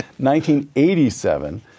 1987